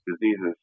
diseases